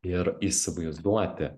ir įsivaizduoti